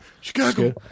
Chicago